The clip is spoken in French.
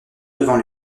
devant